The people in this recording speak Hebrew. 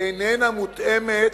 איננה מותאמת